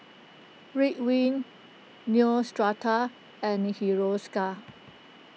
Ridwind Neostrata and Hiruscar